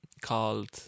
called